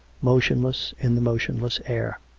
motionless in the motionless air.